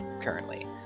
currently